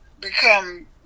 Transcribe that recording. become